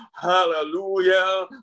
Hallelujah